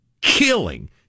killing